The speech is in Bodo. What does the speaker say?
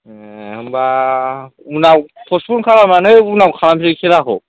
होनबा उनाव पस्टपन्ड खालामनानै उनाव खालामसै खेलाखौ